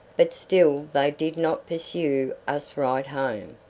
but still they did not pursue us right home,